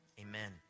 amen